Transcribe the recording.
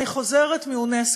אני חוזרת מאונסק"ו,